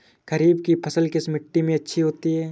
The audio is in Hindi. खरीफ की फसल किस मिट्टी में अच्छी होती है?